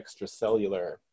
extracellular